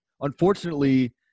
unfortunately